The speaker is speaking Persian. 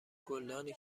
گلدانی